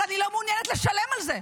אבל אני לא מעוניינת לשלם על זה.